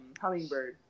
hummingbird